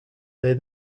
they